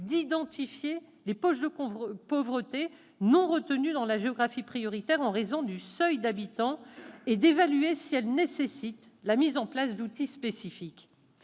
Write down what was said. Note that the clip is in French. d'identifier les poches de pauvreté non retenues dans la géographie prioritaire en raison du seuil d'habitants et d'évaluer si elles nécessitent la mise en place d'outils spécifiques.